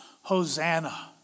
Hosanna